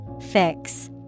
Fix